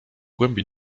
głębi